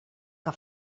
que